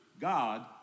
God